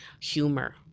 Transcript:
humor